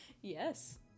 Yes